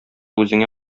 үзеңә